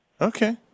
Okay